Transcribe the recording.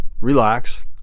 relax